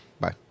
Bye